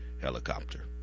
helicopter